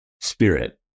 spirit